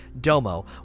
Domo